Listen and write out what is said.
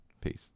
peace